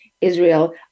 Israel